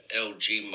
LG